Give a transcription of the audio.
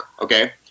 okay